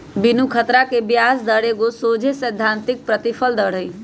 बिनु खतरा के ब्याज दर एगो सोझे सिद्धांतिक प्रतिफल दर हइ